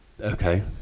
Okay